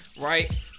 right